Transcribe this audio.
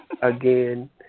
Again